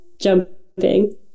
Jumping